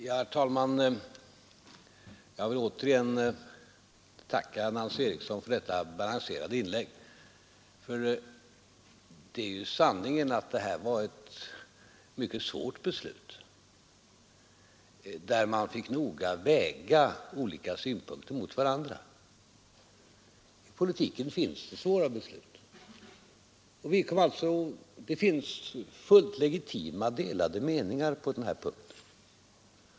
Herr talman! Jag vill åter tacka Nancy Eriksson för ett balanserat inlägg; för sanningen är ju att detta var ett mycket svårt beslut, där man fick noga väga olika synpunkter mot varandra. I politiken förekommer det svåra beslut. Det finns fullt legitima delade meningar på denna punkt.